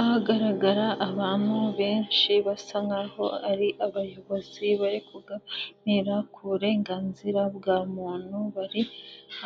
Ahagaragara abantu benshi basa nkaho ari abayobozi bari kuganira ku burenganzira bwa muntu, bari